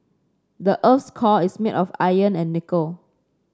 the earth's core is made of iron and nickel